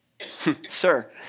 sir